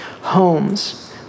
Homes